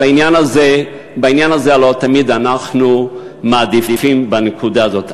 בעניין הזה הלוא תמיד אנחנו מעדיפים בנקודה הזאת.